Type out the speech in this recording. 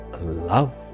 love